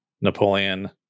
Napoleon